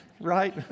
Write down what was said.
right